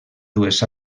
dues